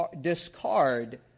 discard